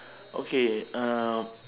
okay uh